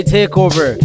Takeover